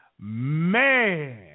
Man